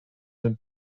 been